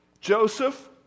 Joseph